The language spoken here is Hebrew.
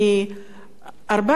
אלא מ-14,000.